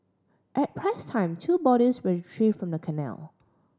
at press time two bodies were retrieved from the canal